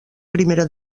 primera